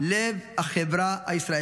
לב החברה הישראלית.